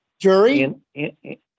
jury